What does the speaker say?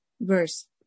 verse